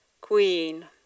queen